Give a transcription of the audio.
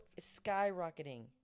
skyrocketing